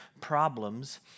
problems